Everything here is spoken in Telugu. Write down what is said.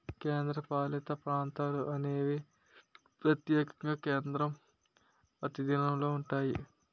కేంద్రపాలిత ప్రాంతాలు అనేవి ప్రత్యక్షంగా కేంద్రం ఆధీనంలో ఉంటాయి